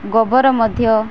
ଗୋବର ମଧ୍ୟ